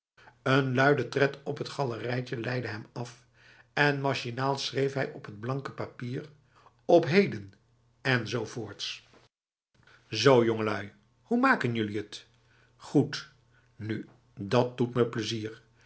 een luide tred op het galerijtje leidde hem af en machinaal schreef hij op t blanke papier op hedenb enzovoort zo jongelui hoe maken jullie het goed nu dat doet me plezier